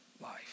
life